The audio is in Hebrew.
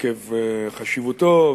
עקב חשיבותו,